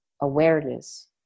awareness